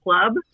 club